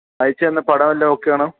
അയച്ച് തന്ന പടമെല്ലാം ഓക്കെ ആണോ